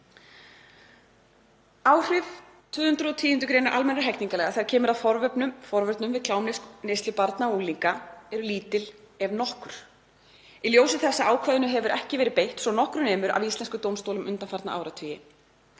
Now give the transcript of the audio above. Áhrif 210. gr. almennra hegningarlaga, þegar kemur að forvörnum gegn klámneyslu barna og unglinga, eru lítil ef nokkur. Í ljósi þess að ákvæðinu hefur ekki verið beitt svo nokkru nemi af íslenskum dómstólum undanfarna áratugi